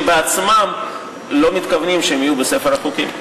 בעצמם לא מתכוונים שהן יהיו בספר החוקים.